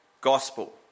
gospel